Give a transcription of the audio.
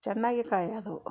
ಚೆನ್ನಾಗಿ ಕಾಯಿ ಆದವು